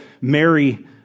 Mary